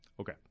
okay